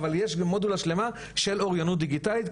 אבל יש גם מודולה שלמה של אוריינות דיגיטלית.